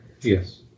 Yes